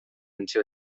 until